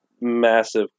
massive